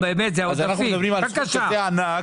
זה סכום ענק,